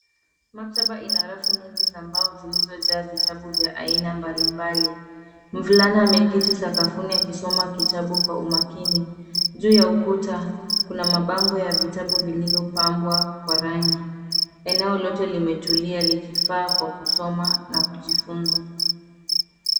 Mkataba ina rafu nyingi za mbao zilizojaa vitabu vya aina mbalimbali. Mvulana ameketi sakafuni akisoma kitabu kwa umakini. Juu ya ukuta, kuna mabango ya vitabu vilivyopambwa kwa rangi. Eneo lote limetulia likifaa kwa kusoma na kujifunza.